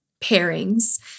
pairings